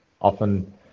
Often